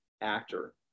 actor